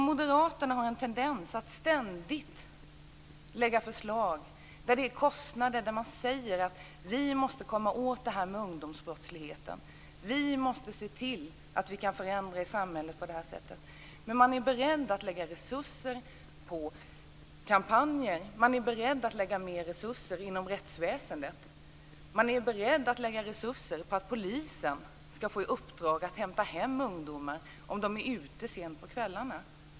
Moderaterna har en tendens att ständigt lägga förslag som kostar. Man säger att vi måste komma åt det här med ungdomsbrottsligheten, att vi måste se till att kunna förändra i samhället på det här sättet. Man är beredd att lägga resurser på kampanjer, att lägga mer resurser inom rättsväsendet, att lägga resurser på att polisen skall få i uppdrag att hämta hem ungdomar om de är ute sent på kvällarna.